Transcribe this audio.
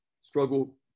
struggle